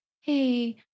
Hey